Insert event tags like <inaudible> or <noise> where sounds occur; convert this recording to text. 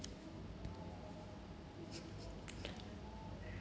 <breath>